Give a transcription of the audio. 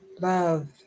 love